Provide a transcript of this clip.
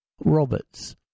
Roberts